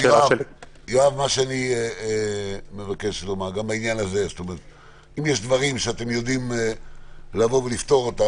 אני מבקש לומר שאם יש דברים שאתם יודעים לפתור,